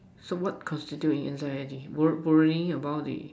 so what constitute anxiety worrying about the